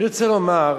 אני רוצה לומר,